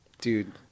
Dude